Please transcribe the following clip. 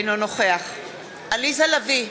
אינו נוכח עליזה לביא,